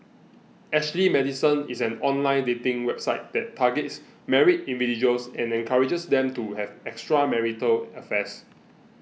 Ashley Madison is an online dating website that targets married individuals and encourages them to have extramarital affairs